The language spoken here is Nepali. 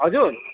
हजुर